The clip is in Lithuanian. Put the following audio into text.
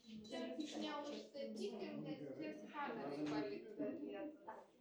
čia tik neužstatykim nes čia kamerai palikta vietos